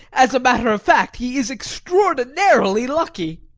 as a matter of fact, he is extraordinarily lucky.